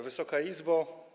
Wysoka Izbo!